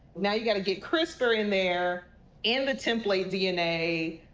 now you got to get crispr in there and the template dna.